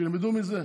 שילמדו מזה.